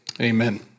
amen